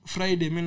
Friday